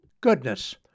Goodness